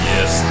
Yes